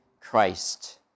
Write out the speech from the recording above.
Christ